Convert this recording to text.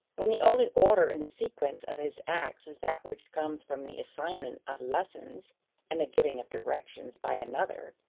when the only order in the sequence of his acts is that which comes from the assignment of lessons and the giving of directions by another,